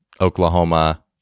oklahoma